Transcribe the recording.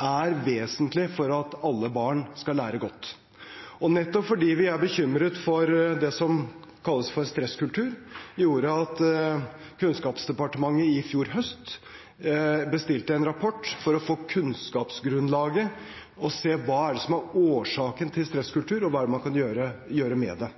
er vesentlig for at alle barn skal lære godt. Nettopp det at vi er bekymret for det som kalles stresskultur, gjorde at Kunnskapsdepartementet i fjor høst bestilte en rapport for å få kunnskapsgrunnlaget og se hva det er som er årsaken til stresskultur, og hva man kan gjøre med det.